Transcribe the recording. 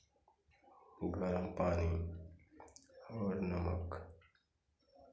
गरम पानी और नमक